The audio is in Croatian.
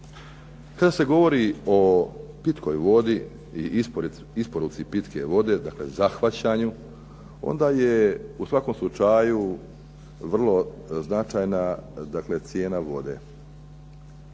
Kada se govori o pitkoj vodi i isporuci pitke vode, dakle zahvaćanju, onda je u svakom slučaju vrlo značajna cijena vode.